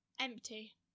Empty